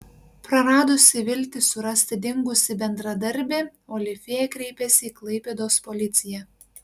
praradusi viltį surasti dingusį bendradarbį olifėja kreipėsi į klaipėdos policiją